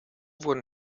wurden